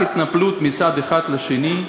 רק התנפלות מצד אחד על השני,